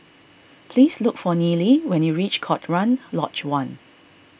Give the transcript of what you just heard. please look for Nealy when you reach Cochrane Lodge one